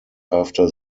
after